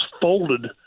folded